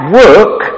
work